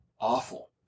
awful